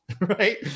Right